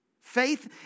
Faith